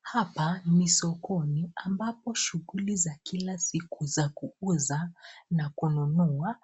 Hapa ni sokoni ambapo shughuli za kila siku za kuuza na kununua